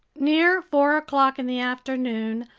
near four o'clock in the afternoon,